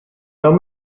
dawn